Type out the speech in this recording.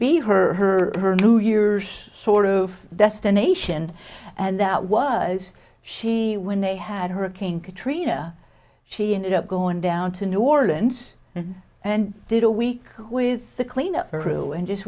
be her or her new years sort of destination and that was she when they had hurricane katrina she ended up going down to new orleans and did a week with the cleanup crew and just